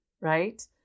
right